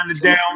down